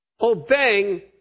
obeying